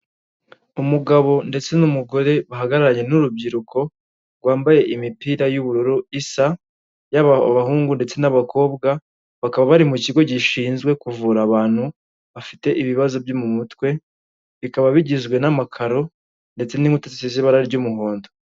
Umugabo ndetse n'umugore bahagararanye n'urubyiruko, rwambaye imipira y'ubururu isa yaba abahungu ndetse n'abakobwa, bakaba bari mu kigo gishinzwe kuvura abantu bafite ibibazo byo mu mutwe, bikaba bigizwe n'amakaro ndetse n'inkuta zisize ibara ry'umuhondo.